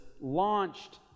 launched